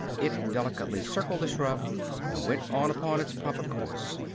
it delicately circled the shrub and went on upon its proper course.